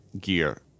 gear